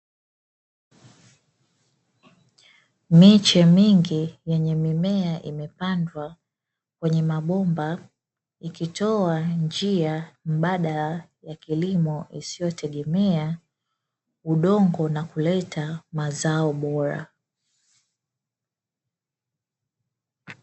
Miche mingi ya mimea imepandwa kwenye mabomba ikitoa njia mbadala ya kilimo bila isiyotegemea udongo na kuleta mazao bora.